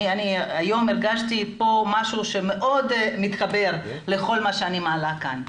היום הרגשתי כאן משהו שמאוד מתחבר לכל מה שאני מעלה כאן.